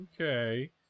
Okay